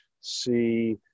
see